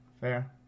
fair